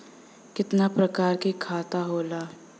कितना प्रकार के खाता होला?